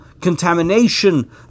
Contamination